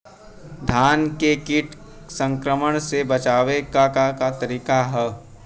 धान के कीट संक्रमण से बचावे क का तरीका ह?